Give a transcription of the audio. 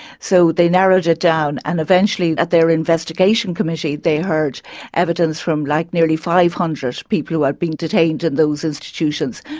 so they narrowed it down. and eventually at their investigation committee they heard evidence from like nearly five hundred people who had been detained in those institutions.